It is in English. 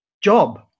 job